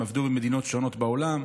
והם עבדו במדינות שונות בעולם,